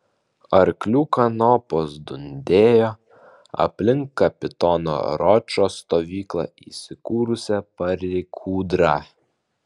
arklių kanopos dundėjo aplink kapitono ročo stovyklą įsikūrusią palei kūdrą